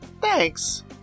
Thanks